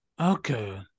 Okay